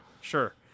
Sure